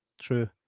true